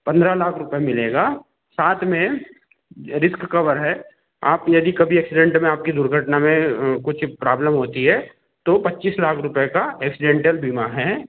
पंद्रह लाख रुपये मिलेगा साथ में रिस्क कवर है आप यदि कभी एक्सीडेंट में आपकी दुर्घटना में कुछ प्राब्लम होती है तो पच्चीस लाख रुपये का एक्सीडेंटल बीमा है